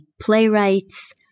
playwrights